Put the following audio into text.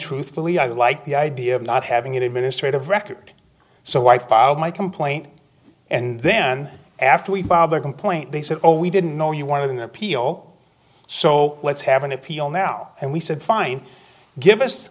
truthfully i like the idea of not having an administrative record so i filed my complaint and then after we father complaint they said well we didn't know you wanted an appeal so let's have an appeal now and we said fine give us